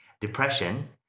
depression